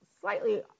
slightly